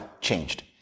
changed